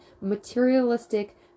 materialistic